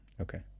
Okay